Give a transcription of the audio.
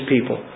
people